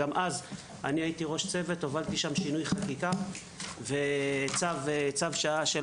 הייתי ראש צוות והובלתי שינוי חקיקה להצעה שהייתה,